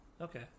Okay